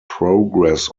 progress